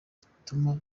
gituma